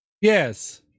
Yes